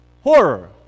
Horror